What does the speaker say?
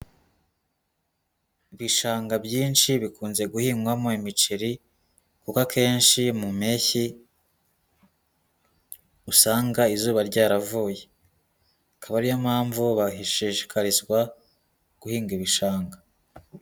Ibishanga byinshi bikunze guhingwamo imiceri, kuko akenshi mu mpeshyi usanga izuba ryaravuye, akaba ariyo mpamvu bashishikarizwa guhinga ibishanga.